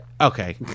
okay